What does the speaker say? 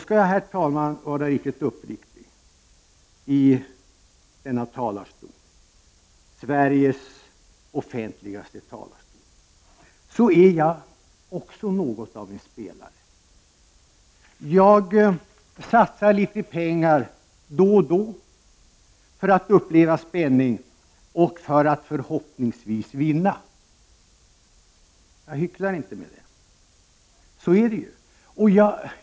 Skall jag, herr talman, vara riktigt uppriktig när jag nu talar i denna talarstol — Sveriges offentligaste talarstol — måste jag säga att jag också på något sätt är en spelare. Jag satsar litet pengar då och då för att få uppleva spänning och för att förhoppningsvis vinna. Jag hycklar inte med det, för så är det ju.